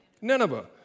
Nineveh